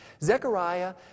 Zechariah